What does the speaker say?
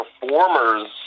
performers